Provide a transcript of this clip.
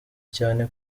cyane